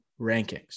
rankings